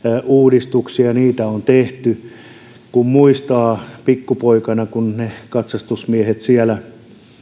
uudistuksia niitä on tehty kun muistaa pikkupoikana kun katsastusmiehet siellä